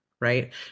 right